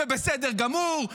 ובסדר גמור,